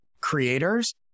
creators